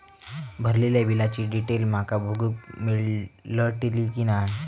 भरलेल्या बिलाची डिटेल माका बघूक मेलटली की नाय?